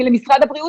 כי למשרד הבריאות